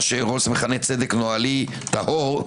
מה שרולס מכנה צדק נוהלי טהור,